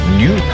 new